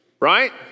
Right